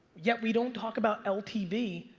yet we don't talk about ltv.